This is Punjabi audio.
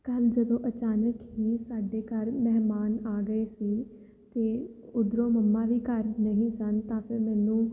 ਕੱਲ੍ਹ ਜਦੋਂ ਅਚਾਨਕ ਹੀ ਸਾਡੇ ਘਰ ਮਹਿਮਾਨ ਆ ਗਏ ਸੀ ਅਤੇ ਉੱਧਰੋਂ ਮੰਮਾ ਵੀ ਘਰ ਨਹੀਂ ਸਨ ਤਾਂ ਫਿਰ ਮੈਨੂੰ